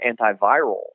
antiviral